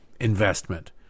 investment